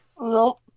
Nope